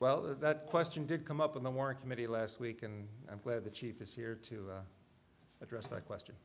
well that question did come up in the work committee last week and i'm glad the chief is here to address that question